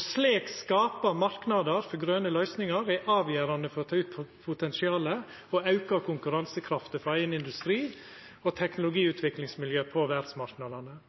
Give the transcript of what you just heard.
Slik å skapa marknader for grøne løysingar er avgjerande for å ta ut potensialet og auka konkurransekrafta for eigen industri og teknologiutviklingsmiljø på verdsmarknadene.